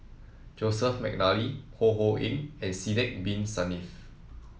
Joseph McNally Ho Ho Ying and Sidek Bin Saniff